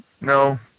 No